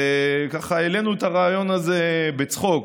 העלינו את הרעיון הזה בצחוק,